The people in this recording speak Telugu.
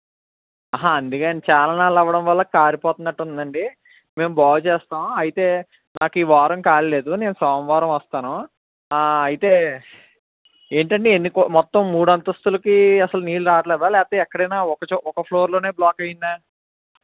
అందుకు అండి చాలా నాళ్ళు అవడం వల్ల కారిపోతున్నట్టు ఉందండి మేము బాగు చేస్తాం అయితే నాకు ఈవారం ఖాళీ లేదు నేను సోమవారం వస్తాను అయితే ఏంటండి ఎన్ని మొత్తం మూడు అంతస్తులకు అసలు నీళ్ళు రావట్లేదా లేకపోతే ఒకచోట ఒక ఒక ఫ్లోర్లో బ్లాక్ అయిందా